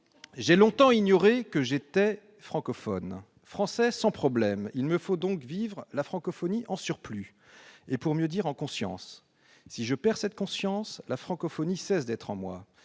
J'ai longtemps ignoré que j'étais francophone ...« Français sans problème, « Il me faut donc vivre la francophonie en surplus « Et pour mieux dire en conscience ...« Si je perds cette conscience, « La francophonie cesse d'être en moi.